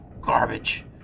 garbage